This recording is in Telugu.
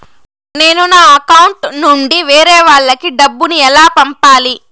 నేను నా అకౌంట్ నుండి వేరే వాళ్ళకి డబ్బును ఎలా పంపాలి?